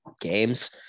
games